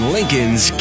Lincoln's